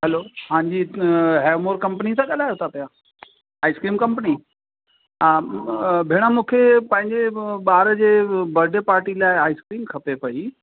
हलो हांजी हैवमोर कंपनी था ॻाल्हायो था पिया आइस्क्रीम कंपनी हा भेण मूंखे पंहिंजे ॿार जे बडे पार्टी लाइ आइस्क्रीम खपे पेई